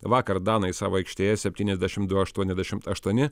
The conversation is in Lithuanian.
vakar danai savo aikštėje septyniasdešim du aštuoniasdešimt aštuoni